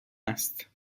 است